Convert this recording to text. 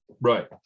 right